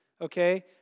okay